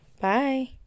bye